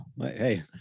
hey